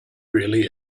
really